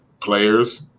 players